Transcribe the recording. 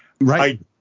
right